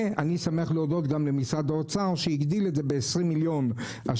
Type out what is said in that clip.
ואני שמח להודות גם למשרד האוצר שהגדיל השנה ב-20 מיליון את